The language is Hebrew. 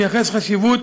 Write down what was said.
מייחס חשיבות